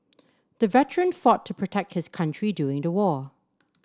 the veteran fought to protect his country during the war